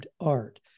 art